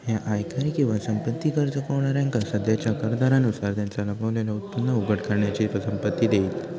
ह्या आयकर किंवा संपत्ती कर चुकवणाऱ्यांका सध्याच्या कर दरांनुसार त्यांचा लपलेला उत्पन्न उघड करण्याची संमती देईत